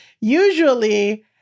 usually